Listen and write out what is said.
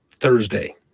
Thursday